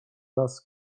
las